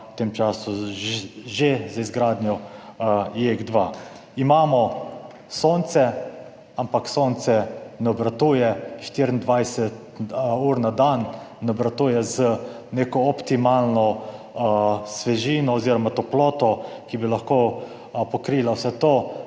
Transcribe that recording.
v tem času že z izgradnjo JEK2. Imamo sonce, ampak sonce ne obratuje 24 ur na dan, ne obratuje z neko optimalno svežino oziroma toploto, ki bi lahko pokrila vse to.